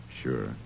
Sure